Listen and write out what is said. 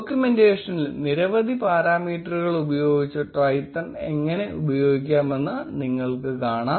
ഡോക്യുമെന്റേഷനിൽ നിരവധി പാരാമീറ്ററുകൾ ഉപയോഗിച്ച് Twython എങ്ങനെ ഉപയോഗിക്കാമെന്ന് നിങ്ങൾക്ക് കാണാം